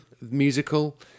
musical